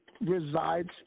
resides